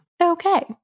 Okay